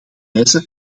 wijze